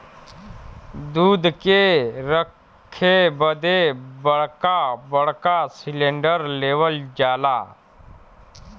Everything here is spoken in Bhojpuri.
दूध के रखे बदे बड़का बड़का सिलेन्डर लेवल जाला